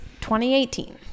2018